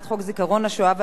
יד ושם (תיקון,